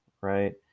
right